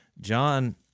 John